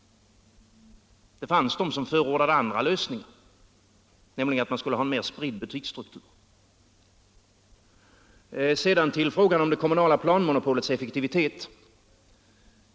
Det fanns också de som förordade andra lösningar, nämligen att man skulle ha en mera spridd butiksstruktur. Sedan till frågan om det kommunala planmonopolets effektivitet.